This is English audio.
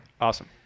Awesome